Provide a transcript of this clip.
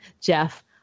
jeff